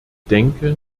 denke